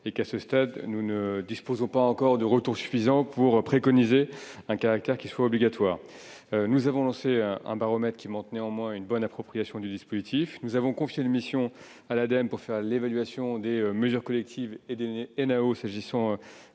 2020. À ce stade, nous ne disposons pas encore de retours suffisants pour préconiser un caractère obligatoire. Nous avons lancé un baromètre, qui monte néanmoins une bonne appropriation du dispositif. Nous avons confié une mission à l'Ademe pour évaluer les mesures collectives et les négociations